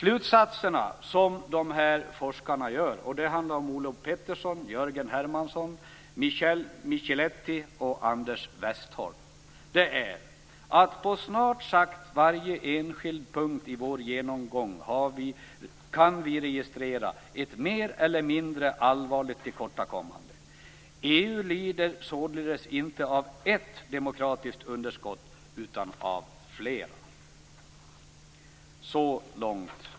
Michele Micheletti och Anders Westholm - drar slutsatserna att de på snart sagt varje enskild punkt i sin genomgång kan registrera ett mer eller mindre allvarligt tillkortakommande. EU lider således inte av ett demokratiskt underskott utan av flera.